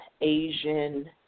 Asian